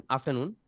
Afternoon